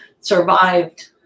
survived